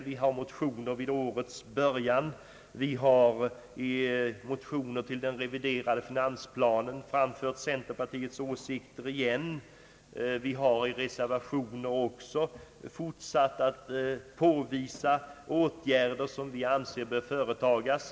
Vi har motionerat vid årets början, vi har i motioner om den reviderade finansplanen åter framfört centerpartiets åsikter, och vi har också i reservationer fortsatt att påvisa åtgärder som vi anser bör vid tagas.